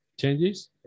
changes